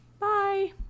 Bye